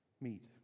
meet